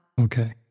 Okay